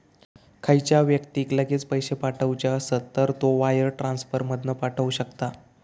जर खयच्या व्यक्तिक लगेच पैशे पाठवुचे असत तर तो वायर ट्रांसफर मधना पाठवु शकता